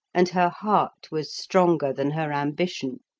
and her heart was stronger than her ambition.